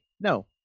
No